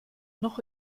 noch